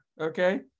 Okay